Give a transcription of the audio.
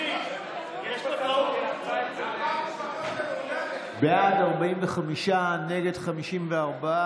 חבר הכנסת קרעי, בבקשה לשבת.